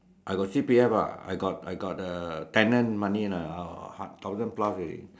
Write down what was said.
I got C_P_F ah I got I got uh tenant money lah uh thousand plus already